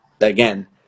again